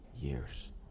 years